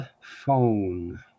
phone